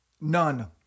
None